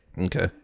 Okay